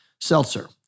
seltzer